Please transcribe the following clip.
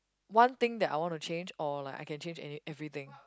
one thing that I want to change or like I can change any everything